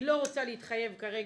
היא לא רוצה להתחייב כרגע.